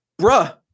Bruh